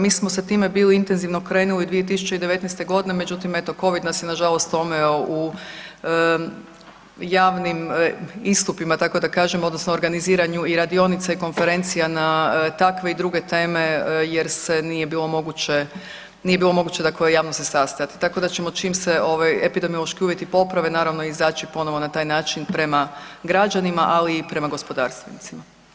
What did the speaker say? Mi smo sa time bili intenzivno krenuli 2019. godine, međutim eto Covid nas je nažalost omeo u javnim istupima tako da kažem odnosno organiziranju i radionica i konferencija na takve i druge teme jer nije bilo moguće dakle javno se sastajat, tako da ćemo čim se ovi epidemiološki uvjeti poprave, naravno izaći ponovno na taj način prema građanima ali i prema gospodarstvenicima.